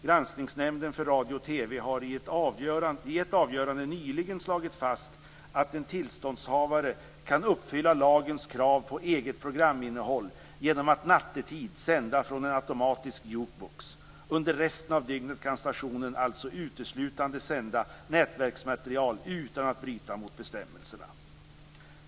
Granskningsnämnden för radio och TV har i ett avgörande nyligen slagit fast att en tillståndshavare kan uppfylla lagens krav på eget programinnehåll genom att nattetid sända från en automatisk jukebox. Under resten av dygnet kan stationen alltså uteslutande sända nätverksmaterial utan att bryta mot bestämmelserna.